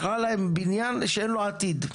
מכרה להם בניין שאין לו עתיד.